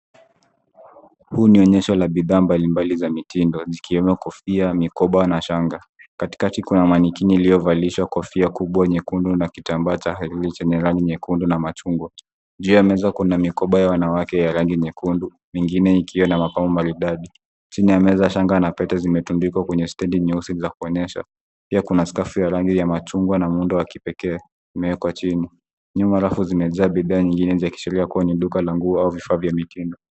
Mwenye onyesho la bidhaa ameweka mitindo zikiwemo kofia, mikoba na shanga. Katikati kuna manekini lililovishwa kofia kubwa nyekundu na kitambaa chenye rangi nyekundu na matangazo. Juu ya meza kuna mikoba ya wanawake ya rangi nyekundu, mingine ikiwa na mapambo mbalimbali. Chini ya meza shanga na pete zimetundikwa kwenye stendi nzuri za kuonyesha. Pia kuna skafu za rangi mbalimbali na mundu wa kipekee ulio chini. Nyuma ya meza kuna bidhaa nyingine zikionyeshwa kwenye duka linalouza vifaa vya mitindo.